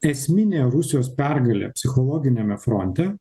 esminė rusijos pergalė psichologiniame fronte